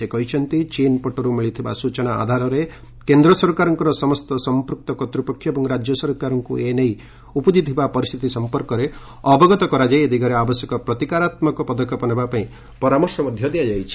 ସେ କହିଛନ୍ତି ଚୀନ୍ ପଟରୁ ମିଳିଥିବା ସ୍ଟଚନା ଆଧାରରେ କେନ୍ଦ୍ର ସରକାରଙ୍କର ସମସ୍ତ ସଂପୃକ୍ତ କର୍ତ୍ତୃପକ୍ଷ ଏବଂ ରାଜ୍ୟ ସରକାରଙ୍କୁ ଏ ନେଇ ଉପୁଜିଥିବା ପରିସ୍ଥିତି ସଂପର୍କରେ ଅବଗତ କରାଯାଇ ଏ ଦିଗରେ ଆବଶ୍ୟକ ପ୍ରତିକାରାତ୍ମକ ପଦକ୍ଷେପ ନେବା ପାଇଁ ପରାମର୍ଶ ଦିଆଯାଇଛି